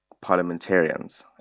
parliamentarians